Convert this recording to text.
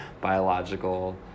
biological